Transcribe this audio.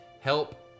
help